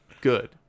good